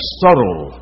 subtle